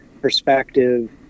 perspective